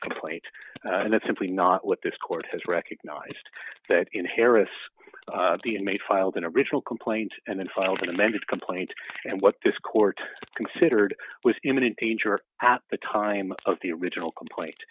complaint and that's simply not what this court has recognized that in harris the inmate filed an original complaint and then filed an amended complaint and what this court considered was imminent danger at the time of the original complaint